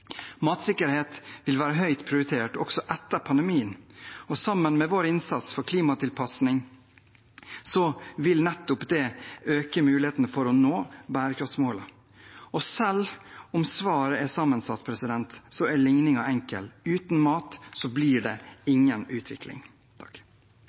Matsikkerhet vil være høyt prioritert også etter pandemien, og sammen med vår innsats for klimatilpasning vil nettopp det øke mulighetene for å nå bærekraftsmålene. Selv om svaret er sammensatt, er ligningen enkel: Uten mat blir det